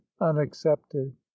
unaccepted